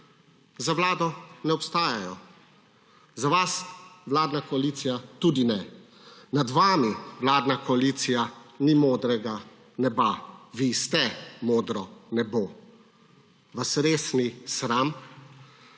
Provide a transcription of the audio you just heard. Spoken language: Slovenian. za Vlado ne obstajajo, za vas, vladna koalicija, tudi ne. Nad vami, vladna koalicija, ni modrega neba, vi ste modro nebo. Vas res ni sram?